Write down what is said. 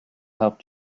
help